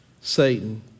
Satan